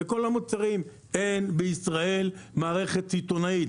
לכל המוצרים אין בישראל מערכת סיטונאית,